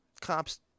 cops